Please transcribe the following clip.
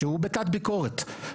שהוא בתת ביקורת.